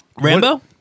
Rambo